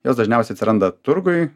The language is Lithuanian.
jos dažniausiai atsiranda turguj